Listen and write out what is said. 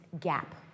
gap